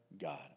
God